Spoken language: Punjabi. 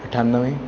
ਅਠਾਨਵੇਂ